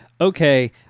okay